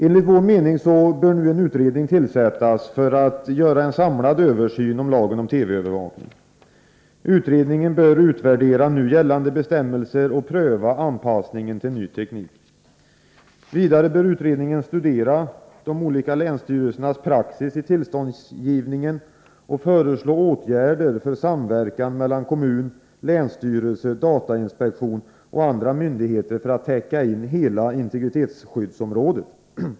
Enligt centerpartiets mening bör en utredning tillsättas för att göra en samlad översyn av lagen om TV-övervakning. Utredningen bör utvärdera nu gällande bestämmelser och pröva anpassningen till ny teknik. Vidare bör utredningen studera de olika länsstyrelsernas praxis i tillståndsgivningen och föreslå åtgärder för samverkan mellan kommunerna, länsstyrelserna, datainspektionen och andra myndigheter för att täcka in hela integritetsskyddsområdet.